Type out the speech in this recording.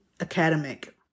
academic